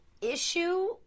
issue